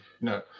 no